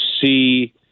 see